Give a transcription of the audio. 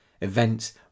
Events